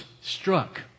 struck